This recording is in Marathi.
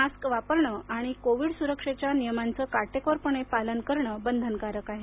मास्क वापरणं आणि कोविड सुरक्षेच्या नियमाचे काटेकोर पालन बंधनकारक आहे